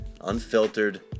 unfiltered